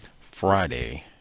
friday